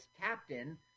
captain